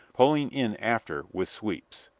pulling in after with sweeps.